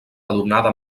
adornada